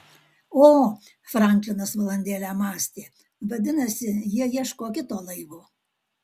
o franklinas valandėlę mąstė vadinasi jie ieško kito laivo